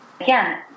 again